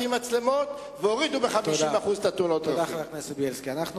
במקרה שבו נהרגה נערה ישראלית בתאונה שבה היה